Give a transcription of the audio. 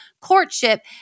courtship